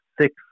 six